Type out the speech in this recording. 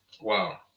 Wow